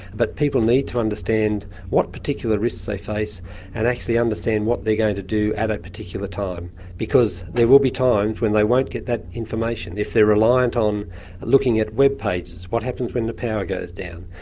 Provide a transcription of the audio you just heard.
but people need to understand what particular risks they face and actually understand what they're going to do at a particular time. because there will be times when they won't get that information. if they are reliant on looking at webpages, what happens when the power goes down?